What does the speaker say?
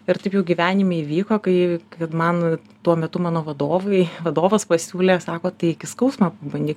ir taip jau gyvenime įvyko kai kad man tuo metu mano vadovai vadovas pasiūlė sako tai eik į skausmą pabandyk